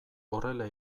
horrela